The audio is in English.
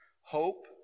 Hope